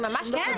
ממש לא.